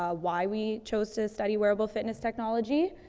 ah why we chose to study wearable fitness technology.